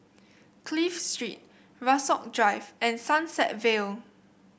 Clive Street Rasok Drive and Sunset Vale